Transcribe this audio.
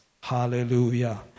Hallelujah